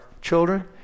children